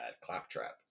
Claptrap